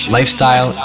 Lifestyle